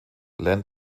land